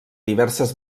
diverses